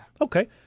Okay